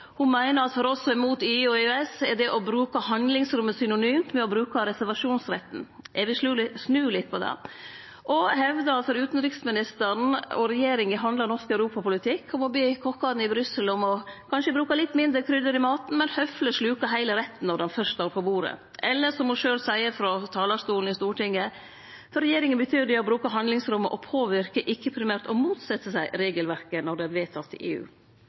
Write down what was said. EU og EØS, er det å bruke handlingsrommet synonymt med å bruke reservasjonsretten. Eg vil snu litt på det og hevde at for utanriksministeren og regjeringa handlar norsk europapolitikk om å be kokkane i Brussel om kanskje å bruke litt mindre krydder i maten, men høfleg sluke heile retten når han fyrst står på bordet. Eller som ho sjølv seier frå talarstolen i Stortinget: «For regjeringa betyr det å bruke handlingsrommet i EØS-avtalen å påvirke, ikke primært å motsette seg regelverk når det er vedtatt i EU.»